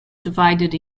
divided